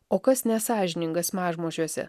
o kas nesąžiningas mažmožiuose